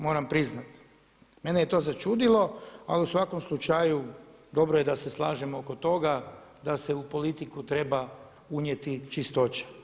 Moram priznati mene je to začudilo, ali u svakom slučaju dobro je da se slažemo oko toga da se u politiku treba unijeti čistoća.